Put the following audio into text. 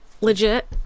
legit